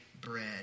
bread